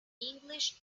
english